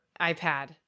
iPad